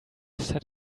said